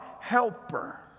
helper